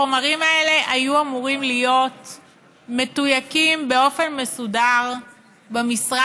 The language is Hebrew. החומרים האלה היו אמורים להיות מתויקים באופן מסודר במשרד,